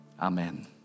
Amen